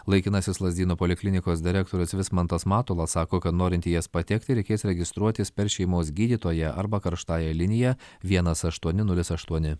laikinasis lazdynų poliklinikos direktorius vismantas matulas sako kad norint į jas patekti reikės registruotis per šeimos gydytoją arba karštąja linija vienas aštuoni nulis aštuoni